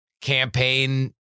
campaign